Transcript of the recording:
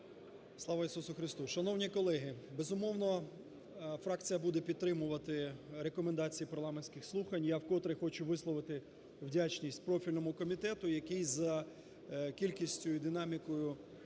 Слава Ісусу Христу! Шановні колеги! Безумовно, фракція буде підтримувати рекомендації парламентських слухань і я вкотре хочу висловити вдячність профільному комітету, який за кількістю і динамікою